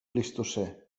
plistocè